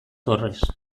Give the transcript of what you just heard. torres